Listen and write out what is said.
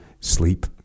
Sleep